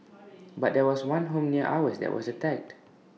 but there was one home near ours that was attacked